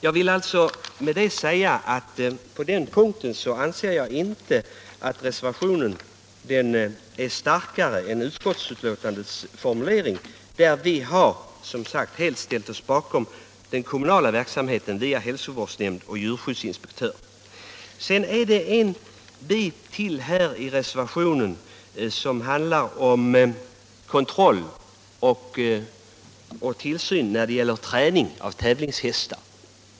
Jag anser alltså inte att reservationen på denna punkt är starkare än formuleringen i betänkandet, där vi helt har ställt oss bakom den kommunala verksamheten via hälsovårdsnämnd och djurskyddsinspektör. En del av reservationen handlar om kontroll och tillsyn vid träning av tävlingshästar.